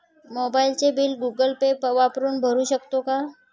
मोबाइलचे bill Google Pay वापरून भरू शकतो का?